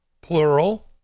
plural